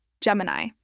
Gemini